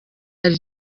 ari